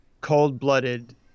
cold-blooded